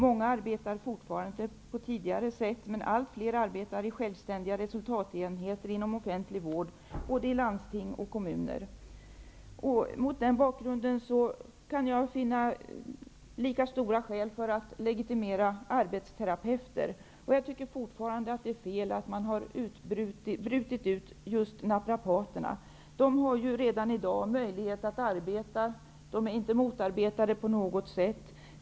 Många arbetar fortfarande på tidigare sätt, men allt fler arbetar i självständiga resultatenheter inom offentlig vård, både i landsting och i kommuner. Mot den bakgrunden kan jag finna lika stora skäl för att legitimera arbetsterapeuter. Jag tycker fortfarande att det är fel att man har brutit ut just naprapaterna. De har redan i dag möjlighet att arbeta. De är inte motarbetade på något sätt.